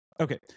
Okay